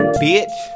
bitch